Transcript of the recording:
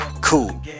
Cool